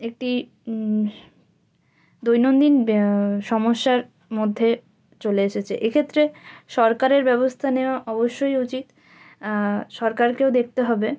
একটি দৈনন্দিন সমস্যার মধ্যে চলে এসেছে এ ক্ষেত্রে সরকারের ব্যবস্থা নেওয়া অবশ্যই উচিত সরকারকেও দেখতে হবে